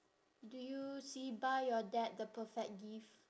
do you see buy your dad the perfect gift